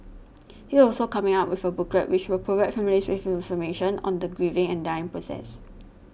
it also coming up with a booklet which will provide families with information on the grieving and dying process